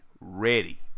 ready